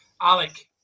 Alec